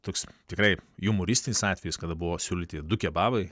toks tikrai jumoristinis atvejis kada buvo siūlyti du kebabai